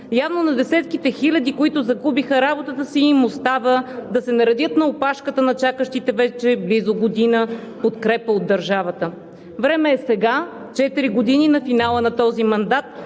На десетките хиляди, които загубиха работата си, им остава да се наредят на опашката на чакащите близо година подкрепа от държавата. Време е след четири години – на финала на този мандат,